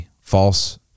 false